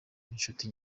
n’inshuti